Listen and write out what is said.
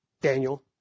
Daniel